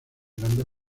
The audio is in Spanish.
grandes